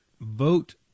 vote